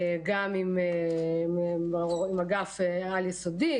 גם עם אגף על-יסודי,